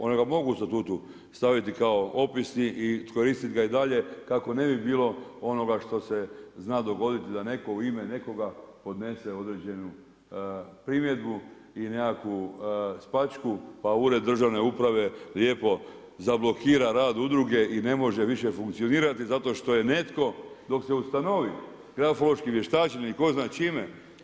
One ga mogu u statutu staviti kao opisni i koristiti ga i dalje kako ne bi bilo onoga što se zna dogoditi da neko u ime nekoga podnese određenu primjedbu i nekakvu spačku pa ured državne uprave lijepo zablokira rad udruge i ne može više funkcionirati zato što je netko dok se ustavi grafološkim vještačenjem i tko zna čime.